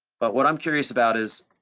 but what i'm curious about is,